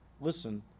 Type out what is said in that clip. listen